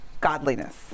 godliness